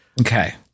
Okay